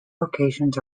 locations